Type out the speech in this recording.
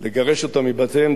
לגרש אותם מבתיהם.